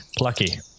lucky